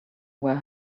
were